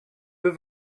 deux